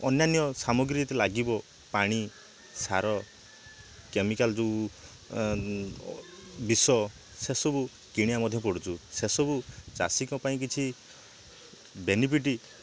ଅନ୍ୟାନ୍ୟ ସାମଗ୍ରୀ ଯେତେ ଲାଗିବ ପାଣି ସାର କେମିକାଲ୍ ଯେଉଁ ବିଷ ସେ ସବୁ କିଣିବାକୁ ମଧ୍ୟ ପଡ଼ୁଛୁ ସେ ସବୁ ଚାଷୀଙ୍କ ପାଇଁ କିଛି ବେନିଫିଟି